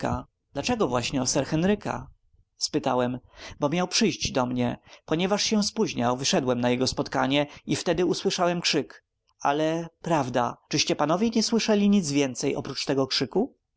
dlaczego właśnie o sir henryka spytałem bo miał przyjść do mnie ponieważ się spóźniał wyszedłem na jego spotkanie i wtedy usłyszałem okrzyk ale prawda i znowu przeniósł wzrok a mojej twarzy na twarz holmesa czyście panowie nie słyszeli nic więcej oprócz tego okrzyku